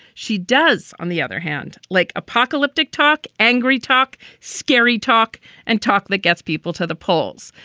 she does. on the other hand, like apocalyptic talk, angry talk, scary talk and talk that gets people to the polls.